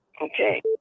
Okay